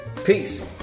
Peace